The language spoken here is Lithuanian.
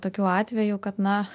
tokių atvejų kad na